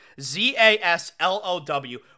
Z-A-S-L-O-W